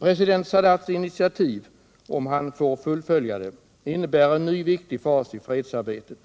President Sadats initiativ innebär, om han får fullfölja det, en ny viktig fas i fredsarbetet.